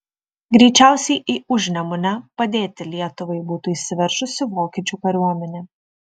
greičiausiai į užnemunę padėti lietuvai būtų įsiveržusi vokiečių kariuomenė